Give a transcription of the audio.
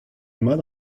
mat